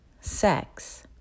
sex